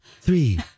three